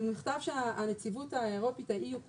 זה מכתב שהנציגות האירופית, ה-EU Commission,